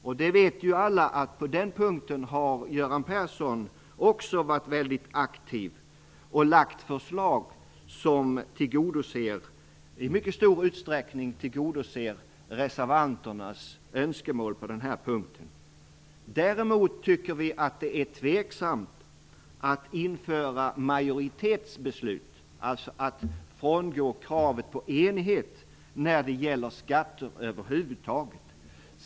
Vi vet alla att Göran Persson också på den punkten har varit väldigt aktiv och lagt fram förslag som i mycket stor utsträckning tillgodoser reservanternas önskemål. Däremot är vi tveksamma till att införa majoritetsbeslut, d.v.s. att frångå kravet på enighet när det gäller skatter över huvud taget.